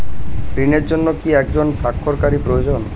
ঋণের জন্য কি একজন স্বাক্ষরকারী প্রয়োজন?